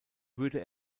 würde